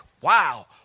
wow